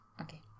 Okay